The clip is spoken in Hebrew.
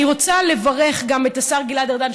אני רוצה לברך גם את השר גלעד ארדן,